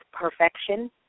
perfection